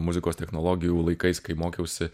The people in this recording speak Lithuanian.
muzikos technologijų laikais kai mokiausi